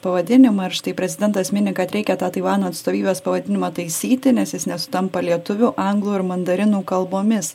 pavadinimą ir štai prezidentas mini kad reikia tą taivano atstovybės pavadinimą taisyti nes jis nesutampa lietuvių anglų ir mandarinų kalbomis